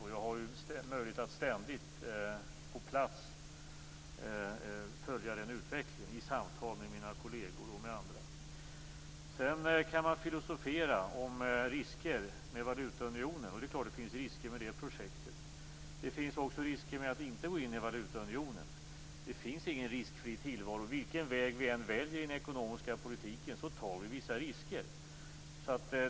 Jag har ju möjlighet att ständigt på plats följa utvecklingen i samtal med mina kolleger och med andra. Sedan kan man filosofera om risker med valutaunionen. Det är klart att det finns risker med det projektet. Det finns också risker med att inte gå in i valutaunionen. Det finns ingen riskfri tillvaro. Vilken väg vi än väljer i den ekonomiska politiken, så tar vi vissa risker.